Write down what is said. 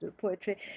Poetry